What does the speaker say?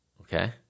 Okay